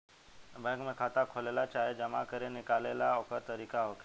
bank में खाता खोलेला चाहे जमा करे निकाले ला ओकर तरीका होखेला